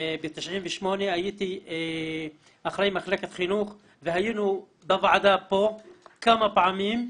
ב-1998 הייתי אחראי מחלקת חינוך והיינו בוועדה פה כמה פעמים.